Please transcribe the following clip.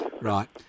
Right